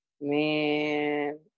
man